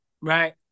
Right